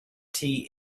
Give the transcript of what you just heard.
tea